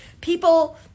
people